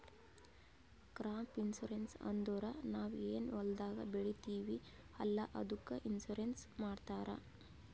crop insurance ಅಂದುರ್ ನಾವ್ ಏನ್ ಹೊಲ್ದಾಗ್ ಬೆಳಿತೀವಿ ಅಲ್ಲಾ ಅದ್ದುಕ್ ಇನ್ಸೂರೆನ್ಸ್ ಮಾಡ್ತಾರ್